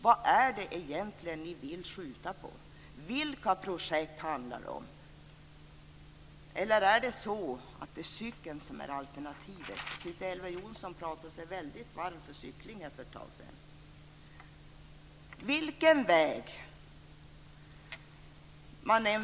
Vad är det egentligen som ni vill skjuta på? Vilka projekt handlar det om? Eller är det cykeln som är alternativet? Elver Jonsson talade sig väldigt varm för cykling här för ett tag sedan.